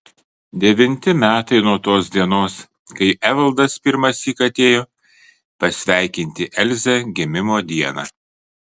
devinti metai nuo tos dienos kai evaldas pirmąsyk atėjo pasveikinti elzę gimimo dieną